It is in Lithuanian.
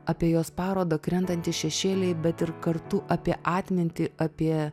apie jos parodą krentantys šešėliai bet ir kartu apie atmintį apie